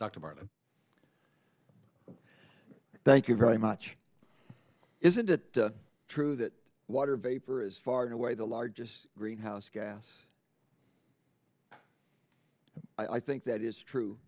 dr martin thank you very much isn't it true that water vapor is far and away the largest greenhouse gas i think that is true